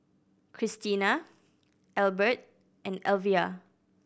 Kristina Elbert and Elvia